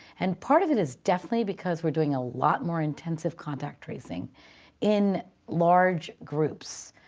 and part of it is definitely because we're doing a lot more intensive contact tracing in large groups,